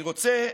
אני רוצה,